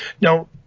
Now